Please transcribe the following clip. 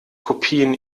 kopien